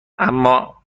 اما